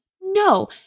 no